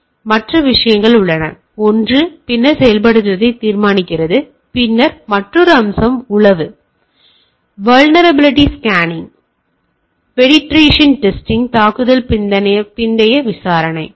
எனவே மற்ற விஷயங்கள் உள்ளன எனவே ஒன்று பின்னர் செயல்படுத்துவதை தீர்மானிக்கிறது பின்னர் மற்றொரு அம்சம் உளவு பின்னர் வள்னரபிலிட்டி ஸ்கேனிங் பேணிட்ரேஷன் டெஸ்டிங் தாக்குதலுக்கு பிந்தைய விசாரணை